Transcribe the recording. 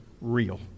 real